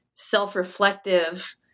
self-reflective